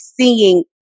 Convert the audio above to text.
seeing